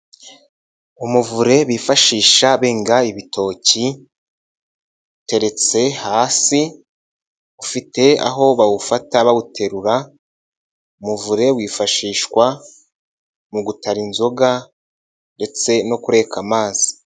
Umuvure bifashisha benga ibito, uteretse hasi, ufite aho bawufata bawuterura, umuvure wifashishwa mu gutara inzoga ndetse no kureka amazi.